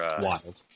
wild